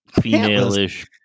female-ish